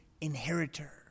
inheritor